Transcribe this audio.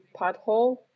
pothole